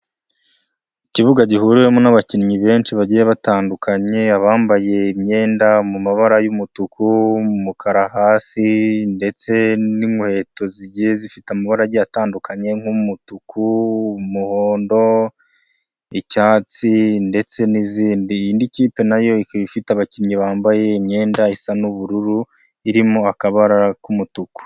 Ikibuga gihuriwemo n'abakinnyi benshi bagiye batandukanye abambaye imyenda mu mabara y'umutuku, umukara hasi ndetse n'inkweto zigiye zifite amabara agiye atandukanye nk'umutuku, umuhondo, icyatsi ndetse n'izindi, ikipe nayo ikaba ifite abakinnyi bambaye imyenda isa n'ubururu irimo akabara k'umutuku.